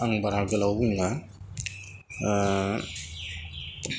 आं बारा गोलाव बुंला